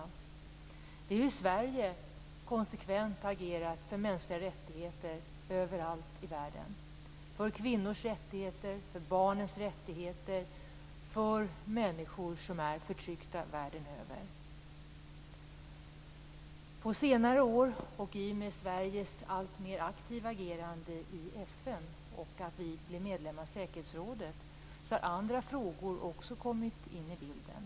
Det är hur Sverige konsekvent har agerat för mänskliga rättigheter överallt i världen, för kvinnors rättigheter, för barnens rättigheter, för människor som är förtryckta världen över. På senare år och i och med Sveriges alltmer aktiva agerande i FN och i och med att vi blev medlem av säkerhetsrådet har också andra frågor kommit in i bilden.